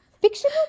Fictional